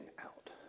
out